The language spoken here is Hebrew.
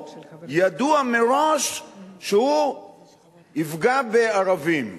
ידוע מראש שהוא יפגע בערבים.